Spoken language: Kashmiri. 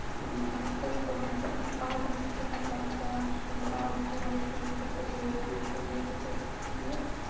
بَس ٲسٕس بہٕ مطلب آو مےٚ أچھَن تھوڑا گاش ہیوٗ آوُم ہوش ہیوٗ بہٕ چھَس ییٚتی ہُہ یہِ بہٕ چھَس ٹھیٖک